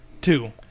Two